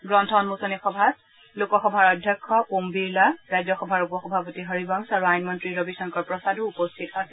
গ্ৰন্থ উম্মোচনী সভাত লোকসবাৰ অধ্যক্ষ ওম বিৰলা ৰাজ্যসভাৰ উপ সভাপতি হৰিবংশ আৰু আইন মন্ত্ৰী ৰবিশংকৰ প্ৰসাদ উপস্থিত আছিল